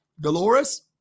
Dolores